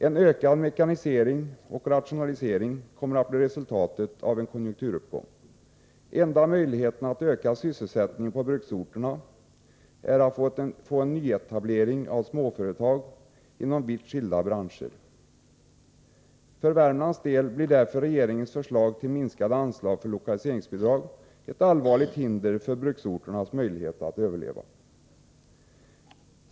En ökad mekanisering och rationalisering kommer att bli resultatet av en konjunkturuppgång. Enda möjligheten att öka sysselsättningen på bruksorterna är att få en nyetablering av småföretag inom vitt skilda branscher. För Värmlands del blir därför regeringens förslag till minskade anslag för lokaliseringsbidrag ett allvarligt hinder för bruksorternas möjligheter att överleva.